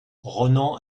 ronan